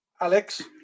alex